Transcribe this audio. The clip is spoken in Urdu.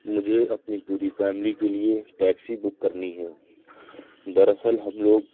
مجھے اپنی پوری فیملی کے لیے ٹیکسی بک کرنی ہے دراصل ہم لوگ